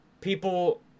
people